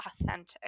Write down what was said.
authentic